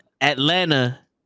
Atlanta